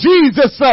Jesus